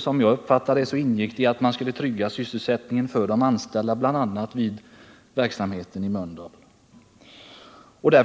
Som jag uppfattade det ingick i beslutet att man bl.a. skulle trygga sysselsättningen för de anställda vid verksam heten i Mölndal.